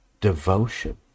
devotion